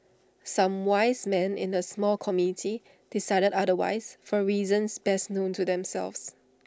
some wise men in the small committee decided otherwise for reasons best known to themselves